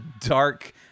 dark